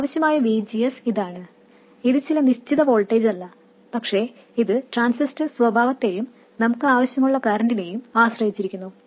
ആവശ്യമായ VGS ഇതാണ് ഇത് ചില നിശ്ചിത വോൾട്ടേജല്ല പക്ഷേ ഇത് ട്രാൻസിസ്റ്റർ സ്വഭാവത്തെയും നമുക്ക് ആവശ്യമുള്ള കറൻറിനെയും ആശ്രയിച്ചിരിക്കുന്നു